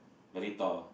very tall